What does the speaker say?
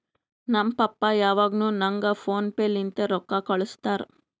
ನಮ್ ಪಪ್ಪಾ ಯಾವಾಗ್ನು ನಂಗ್ ಫೋನ್ ಪೇ ಲಿಂತೆ ರೊಕ್ಕಾ ಕಳ್ಸುತ್ತಾರ್